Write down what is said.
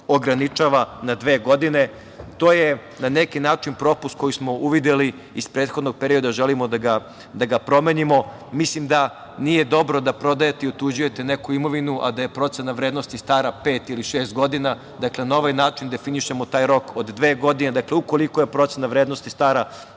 ograničava na dve godine. To je, na neki način, propust koji smo uvideli iz prethodnog perioda i želimo da ga promenimo. Mislim da nije dobro da prodajete i otuđujete neku imovinu a da je procena vrednosti stara pet ili šest godina. Na ovaj način definišemo taj rok od dve godine. Dakle, ukoliko je procena vrednosti stara